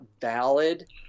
valid